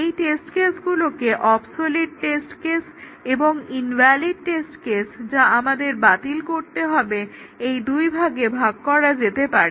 এই টেস্ট কেসগুলোকে obsolete test case এবং ইনভ্যালিড টেস্ট কেস যা আমাদের বাতিল করতে হবে এই দুই ভাগে ভাগ করা যেতে পারে